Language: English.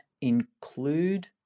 include